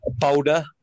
powder